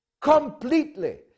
completely